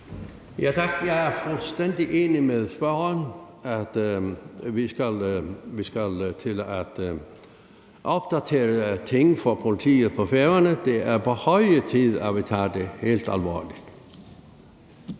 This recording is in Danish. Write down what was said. Jeg er fuldstændig enig med spørgeren i, at vi skal til at opdatere tingene for politiet på Færøerne, for det er på høje tid, at vi tager det helt alvorligt.